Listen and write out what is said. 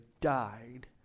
died